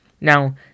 Now